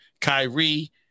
Kyrie